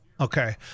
Okay